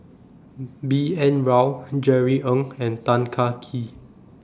B N Rao Jerry Ng and Tan Kah Kee